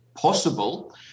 possible